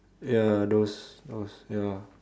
ya those those ya